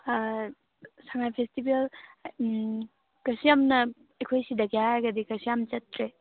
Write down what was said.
ꯁꯉꯥꯏ festival ꯀꯩꯁꯨ ꯌꯥꯝꯅ ꯑꯩꯈꯣꯏ ꯁꯤꯗꯒꯤ ꯍꯥꯏꯔꯒꯗꯤ ꯀꯩꯁꯨ ꯌꯥꯝ ꯆꯠꯇ꯭ꯔꯦ